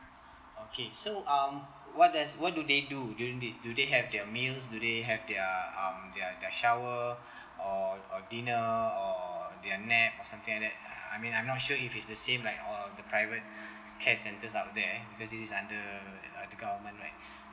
okay so um what does what do they do during this do they have their meals do they have their um their their shower or or dinner or their nap or something like I I mean I'm not sure if it's the same like uh the private care centres out there cause this is under uh the government right